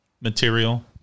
material